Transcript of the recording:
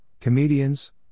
comedians